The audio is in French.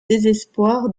désespoir